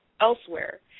elsewhere